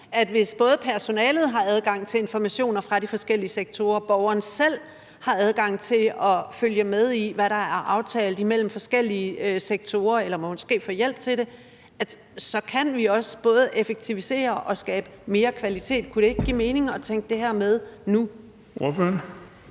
hvis både personalet har adgang til informationer fra de forskellige sektorer og borgeren selv har adgang til at følge med i, hvad der er aftalt imellem de forskellige sektorer, eller måske få hjælp til det. Kunne det ikke give mening at tænke det her med nu?